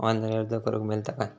Online अर्ज करूक मेलता काय?